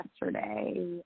yesterday